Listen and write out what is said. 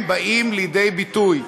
הם באים לידי ביטוי,